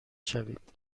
شوید